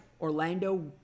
Orlando